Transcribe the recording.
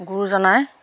গুৰুজনাই